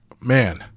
man